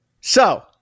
So-